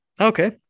Okay